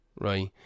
right